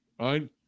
Right